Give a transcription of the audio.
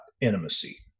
intimacy